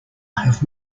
have